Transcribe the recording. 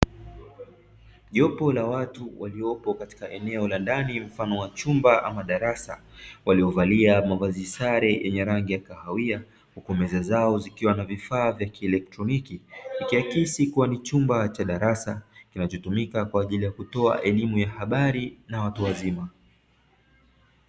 Jopo la watu waliopo katika eneo la ndani mfano wa chumba ama darasa, waliovalia mavazi sare yenye rangi ya kahawia, huku meza zao zikiwa na vifaa vya kielektroniki, ikiakisi kuwa ni chumba cha darasa linalotumika kutoa elimu ya habari na watu wazima.